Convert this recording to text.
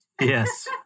Yes